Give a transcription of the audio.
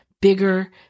Bigger